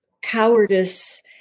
cowardice